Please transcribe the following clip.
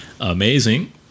amazing